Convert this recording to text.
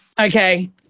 okay